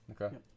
Okay